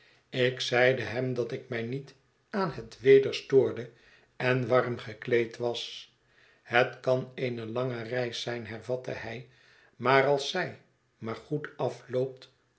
ik zeide hem dat ik mij niet aan het weder stoorde en warm gekleed was het kan eene lange reis zijn hervatte hij maar als zij maar goed afloopt